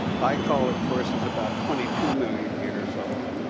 baikal, of course, is about twenty two million years old.